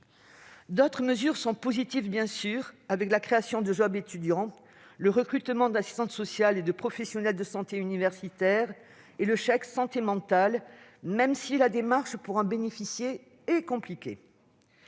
D'autres mesures sont positives, bien sûr, telles que la création de étudiants, le recrutement d'assistantes sociales et de professionnels de santé universitaire ou encore le chèque de santé mentale, même si la démarche pour en bénéficier est compliquée.